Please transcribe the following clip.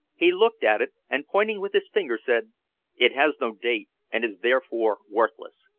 he looked at it, and pointing with his finger, said it has no date, and is therefore worthless.